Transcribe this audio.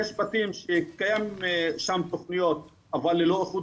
יש בתים שקיים שם תכניות אבל ללא ייחוד